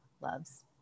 loves